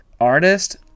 artist